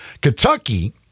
Kentucky